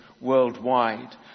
worldwide